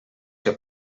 que